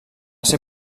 ser